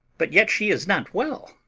but yet she is not well.